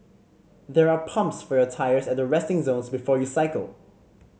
there are pumps for your tyres at the resting zones before you cycle